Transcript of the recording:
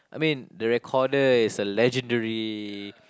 I mean the recorder is a legendary